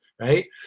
right